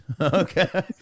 Okay